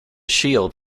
shield